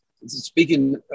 Speaking